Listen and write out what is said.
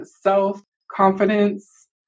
self-confidence